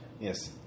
Yes